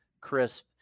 crisp